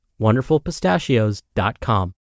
WonderfulPistachios.com